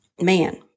Man